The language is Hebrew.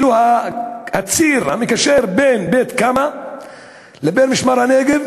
הציר המקשר בין בית-קמה לבין משמר-הנגב,